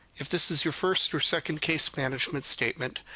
if this is your first or second case management statement,